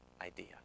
idea